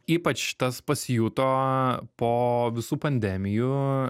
ypač tas pasijuto po visų pandemijų